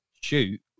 shoot